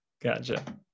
Gotcha